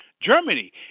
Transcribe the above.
Germany